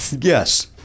Yes